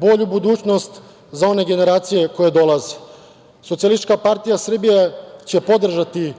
bolju budućnost za one generacije koje dolaze. Socijalistička partija Srbije će podržati